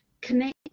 connect